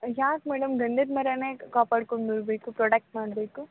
ಯಾಕೆ ಮೇಡಮ್ ಗಂಧದ ಮರನೇ ಕಾಪಾಡ್ಕೊಂಡು ಬರಬೇಕು ಪ್ರೊಡಕ್ಟ್ ಮಾಡಬೇಕು